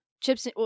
chips